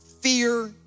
fear